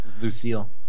lucille